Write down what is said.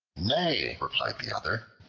nay, replied the other,